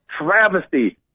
travesty